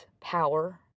power